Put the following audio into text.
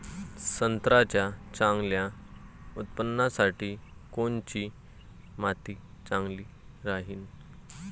संत्र्याच्या चांगल्या उत्पन्नासाठी कोनची माती चांगली राहिनं?